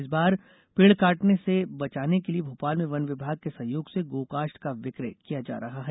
इस बार पेड काटने से बचाने के लिए भोपाल में वन विभाग के सहयोग से गो कास्ठ का विकय किया जा रहा है